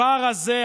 הדבר הזה,